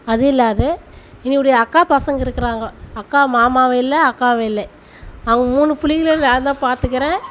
அது இல்லாது என்னுடைய அக்கா பசங்கள் இருக்கிறாங்கோ அக்கா மாமாவும் இல்லை அக்காவும் இல்லை அவங்க மூணு பிள்ளைங்களையும் நான் தான் பார்த்துக்குறேன்